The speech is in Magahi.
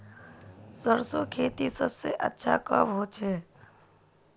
सरसों खेती सबसे अच्छा कब होचे?